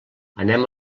anem